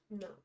No